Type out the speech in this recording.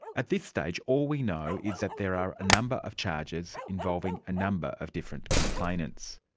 at this stage, all we know is that there are a number of charges involving a number of different complainants.